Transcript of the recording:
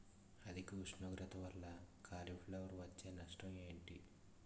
అధిక ఉష్ణోగ్రత వల్ల కాలీఫ్లవర్ వచ్చే నష్టం ఏంటి?